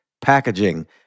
packaging